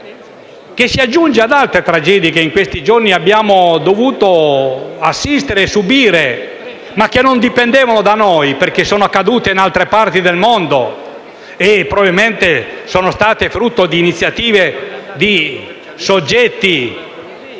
che si aggiunge ad altre tragedie a cui in questi giorni abbiamo dovuto assistere, ma che non dipendevano da noi perché sono accadute in altre parti del mondo e probabilmente sono state frutto di iniziative di soggetti